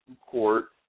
court